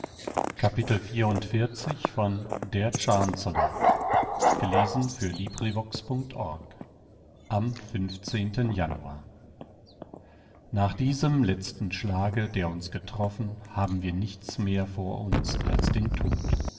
am januar nach diesem letzten schlage der uns getroffen haben wir nichts mehr vor uns als den tod